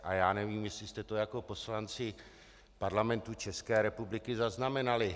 A já nevím, jestli jste to jako poslanci Parlamentu České republiky zaznamenali.